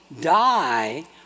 die